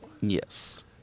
Yes